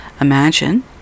imagine